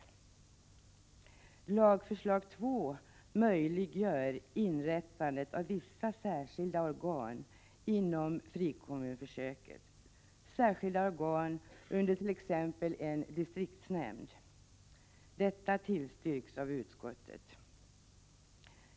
Det andra lagförslaget möjliggör inrättande av vissa, särskilda organ inom frikommunsförsöket, särskilda organ under t.ex. en distriktsnämnd. Detta tillstyrks av utskottet.